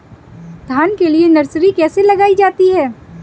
धान के लिए नर्सरी कैसे लगाई जाती है?